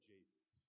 Jesus